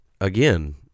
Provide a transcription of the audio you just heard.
again